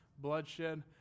bloodshed